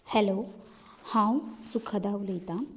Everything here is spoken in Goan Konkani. हॅलो हांव सुखदा उलयतां